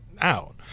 out